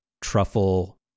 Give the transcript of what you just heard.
truffle